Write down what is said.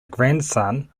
grandson